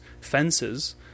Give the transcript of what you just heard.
fences